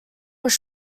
was